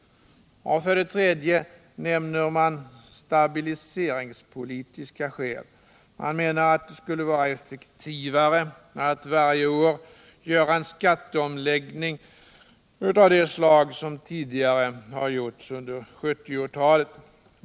För det tredje nämner man stabiliseringspolitiska skäl. Man menar att det skulle vara effektivare att varje år göra en skatteomläggning av det slag som tidigare har gjorts under 1970-talet.